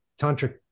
tantric